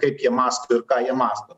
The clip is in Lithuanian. kaip jie mąsto ir ką jie mąsto